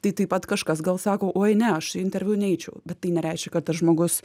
tai taip pat kažkas gal sako uoj ne aš interviu neičiau bet tai nereiškia kad tas žmogus